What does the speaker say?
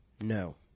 No